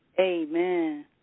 Amen